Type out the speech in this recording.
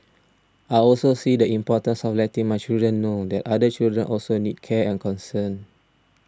I also see the importance of letting my children know that other children also need care and concern